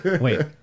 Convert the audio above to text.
wait